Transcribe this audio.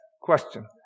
question